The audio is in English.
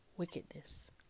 wickedness